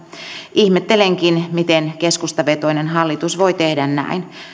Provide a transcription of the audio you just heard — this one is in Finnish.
ihmettelenkin miten keskustavetoinen hallitus voi tehdä näin